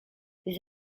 this